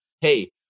hey